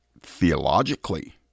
theologically